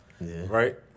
Right